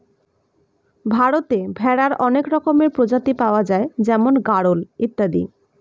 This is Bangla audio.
ভারতে ভেড়ার অনেক রকমের প্রজাতি পাওয়া যায় যেমন গাড়ল ইত্যাদি